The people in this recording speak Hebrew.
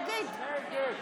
אינו נוכח חוה אתי עטייה,